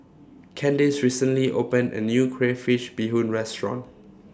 Candice recently opened A New Crayfish Beehoon Restaurant